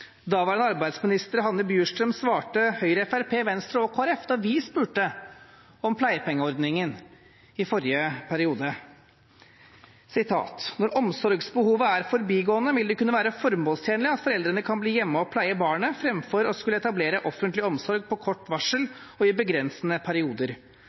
daværende arbeidsminister Hanne Bjurstrøm svarte Høyre, Fremskrittspartiet, Venstre og Kristelig Folkeparti da vi spurte om pleiepengeordningen i 2011. «Når omsorgsbehovet er forbigående, vil det kunne være formålstjenlig at foreldrene kan bli hjemme og pleie barnet framfor å skulle etablere offentlig omsorg på kort varsel og i begrensede perioder.